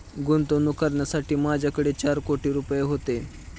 गुंतवणूक करण्यासाठी माझ्याकडे चार कोटी रुपये होते